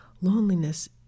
loneliness